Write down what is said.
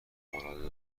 العاده